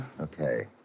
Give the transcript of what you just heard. Okay